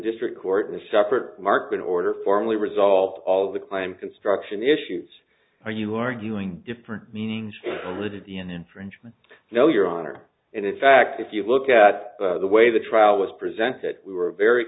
district court in a separate marker in order formally resolve all of the claim construction issues are you arguing different meanings of the d n a infringement no your honor and in fact if you look at the way the trial was presented we were very